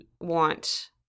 want